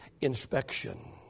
inspection